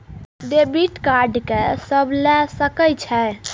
Debit card के सब ले सके छै?